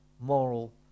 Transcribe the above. moral